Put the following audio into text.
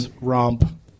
romp